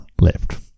left